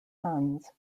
sons